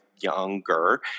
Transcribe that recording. younger